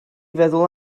feddwl